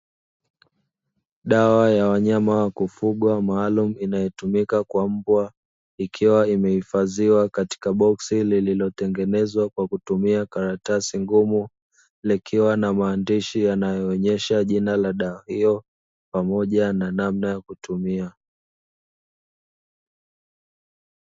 Dawa ya wanyama kufugwa maalumu inayotumika kwa mbwa ikiwa imehifadhiwa katika boksi lililotengenezwa kwa kutumia karatasi ngumu, likiwa na maandishi yanayoonyesha jina la dawa hiyo pamoja na namna ya kutumia.